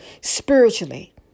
spiritually